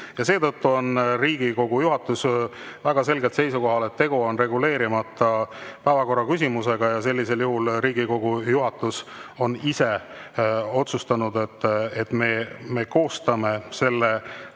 Seetõttu on Riigikogu juhatus väga selgelt seisukohal, et tegu on reguleerimata päevakorraküsimusega, ja sellisel juhul on Riigikogu juhatus ise otsustanud, et me koostame